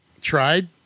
tried